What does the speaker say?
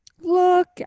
Look